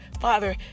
Father